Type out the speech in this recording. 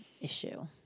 issue